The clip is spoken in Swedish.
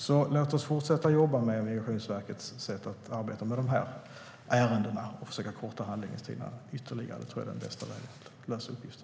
Låt oss alltså fortsätta jobba med Migrationsverkets sätt att arbeta med de här ärendena och med att försöka korta handläggningstiderna ytterligare. Det tror jag är den bästa vägen för att lösa uppgiften.